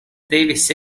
devis